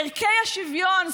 ערכי השוויון,